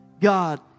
God